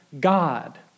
God